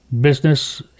business